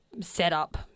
set-up